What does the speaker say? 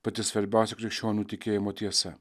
pati svarbiausia krikščionių tikėjimo tiesa